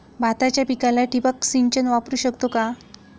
भाताच्या पिकाला ठिबक सिंचन वापरू शकतो का?